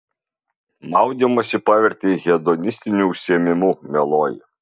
maudymąsi pavertei hedonistiniu užsiėmimu mieloji